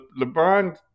lebron